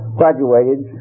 graduated